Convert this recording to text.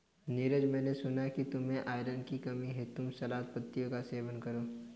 नीरज मैंने सुना कि तुम्हें आयरन की कमी है तुम सलाद पत्तियों का सेवन करो